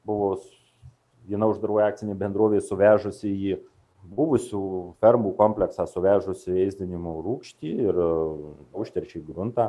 buvo viena uždaroji akcinė bendrovė suvežusi į buvusių fermų kompleksą suvežusi ėsdinimo rūgštį ir užteršė gruntą